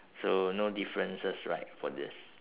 so no differences right for this